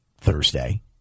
Thursday